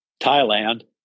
Thailand